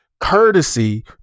courtesy